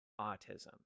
autism